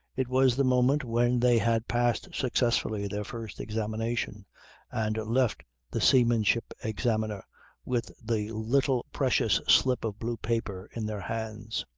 it was the moment when they had passed successfully their first examination and left the seamanship examiner with the little precious slip of blue paper in their hands.